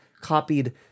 copied